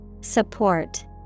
Support